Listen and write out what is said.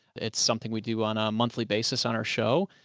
it's something we do on a monthly basis on our show,